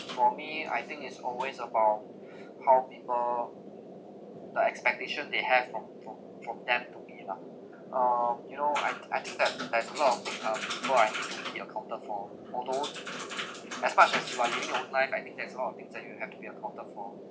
for me I think is always about how people the expectation they have from from from them to me lah uh you know I I think that there's a lot of uh people I've to be accounted for for those as much as you want to be in good life I think there's a lot of things that you have to be accounted for